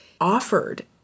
offered